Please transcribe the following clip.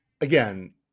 again